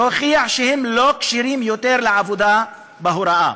להוכיח שהם לא כשירים יותר לעבודה בהוראה.